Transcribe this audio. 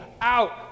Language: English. out